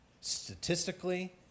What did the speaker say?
Statistically